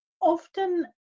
Often